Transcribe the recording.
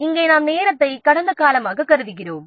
இங்கே நாம் நேரத்தை கடந்த காலமாக கருதுகிறோம்